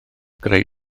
greu